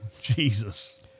Jesus